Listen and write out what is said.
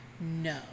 no